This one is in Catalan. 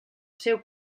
seu